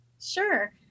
Sure